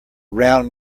round